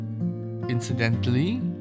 Incidentally